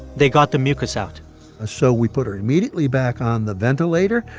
they got the mucus out ah so we put her immediately back on the ventilator.